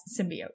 symbiote